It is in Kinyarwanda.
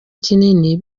kinini